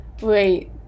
wait